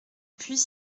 puits